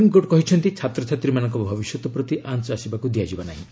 supreme court କହିଛନ୍ତି ଛାତ୍ରଛାତ୍ରୀମାନଙ୍କ ଭବିଷ୍ୟତ ପ୍ରତି ଆଞ୍ଚ ଆସିବାକୁ ଦିଆଯିବ ନାହିଁ